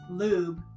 lube